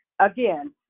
Again